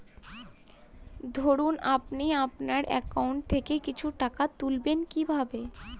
ধরুন আপনি আপনার একাউন্ট থেকে কিছু টাকা তুলবেন কিভাবে?